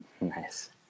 nice